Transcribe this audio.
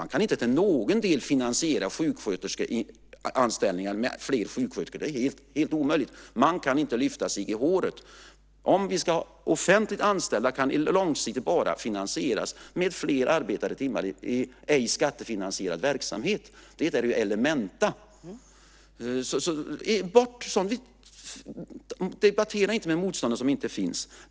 Man kan inte till någon del finansiera sjuksköterskors anställningar med fler sjuksköterskor. Det är helt omöjligt. Man kan inte lyfta sig i håret. Offentligt anställda kan långsiktigt bara finansieras med fler arbetade timmar i icke skattefinansierad verksamhet. Det är ju elementa! Debattera inte med motståndare som inte finns!